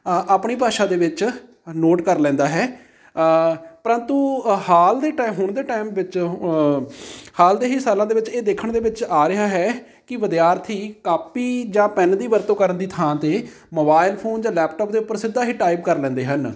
ਆਪਣੀ ਭਾਸ਼ਾ ਦੇ ਵਿੱਚ ਨੋਟ ਕਰ ਲੈਂਦਾ ਹੈ ਪਰੰਤੂ ਹਾਲ ਦੇ ਟਾ ਹੁਣ ਦੇ ਟਾਈਮ ਵਿੱਚ ਹਾਲ ਦੇ ਹੀ ਸਾਲਾਂ ਦੇ ਵਿੱਚ ਇਹ ਦੇਖਣ ਦੇ ਵਿੱਚ ਆ ਰਿਹਾ ਹੈ ਕਿ ਵਿਦਿਆਰਥੀ ਕਾਪੀ ਜਾਂ ਪੈਨ ਦੀ ਵਰਤੋਂ ਕਰਨ ਦੀ ਥਾਂ 'ਤੇ ਮੋਬਾਈਲ ਫੋਨ ਜਾਂ ਲੈਪਟੋਪ ਦੇ ਉੱਪਰ ਸਿੱਧਾ ਹੀ ਟਾਈਪ ਕਰ ਲੈਂਦੇ ਹਨ